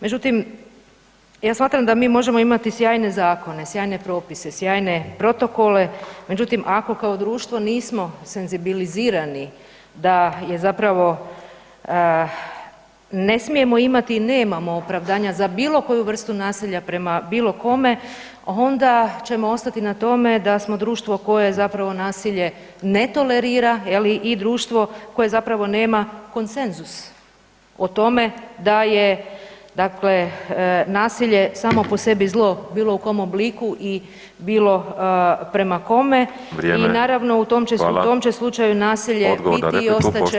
Međutim, ja shvaćam da mi možemo imati sjajne zakone, sjajne propise, sjajne protokole međutim ako kao društvo nismo senzibilizirani da je zapravo ne smijemo imati i nemamo opravdanja za bilo koju vrstu nasilja prema bilo kome onda ćemo ostati na tome da smo društvo koje zapravo nasilje ne tolerira i društvo koje zapravo nema konsenzus, o tome da je nasilje samo po sebi zlo u bilo kojem obliku i bilo prema kome [[Upadica Škoro: Vrijeme, hvala.]] u tom će slučaju nasilje biti i ostat će